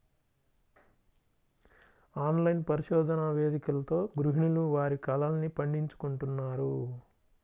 online పరిశోధన వేదికలతో గృహిణులు వారి కలల్ని పండించుకుంటున్నారు